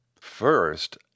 First